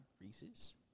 Reese's